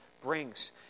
brings